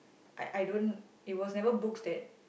I I don't it was never books that